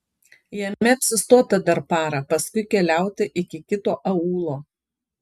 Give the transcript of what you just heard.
jame apsistota dar parą paskui keliauta iki kito aūlo